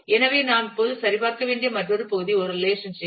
எனவே நாம் இப்போது சரிபார்க்க வேண்டிய மற்றொரு பகுதி ஒரு ரெலேஷன்ஷிப்